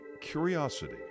curiosity